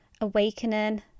awakening